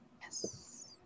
Yes